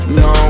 no